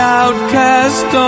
outcast